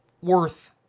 worth